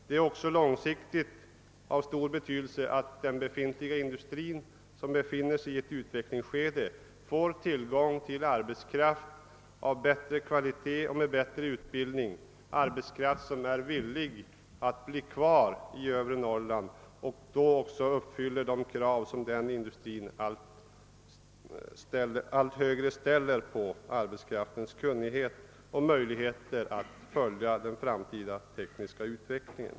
Det är också på lång sikt av stor betydelse att den industri som befinner sig i ett utvecklingsskede får tillgång till arbetskraft med bättre utbildning, arbetskraft som är villig att bli kvar i övre Norrland och som uppfyller de krav som denna industri i allt större utsträckning ställer när det gäller de anställdas kunnighet och möjlighet att följa den framtida tekniska utvecklingen.